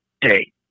day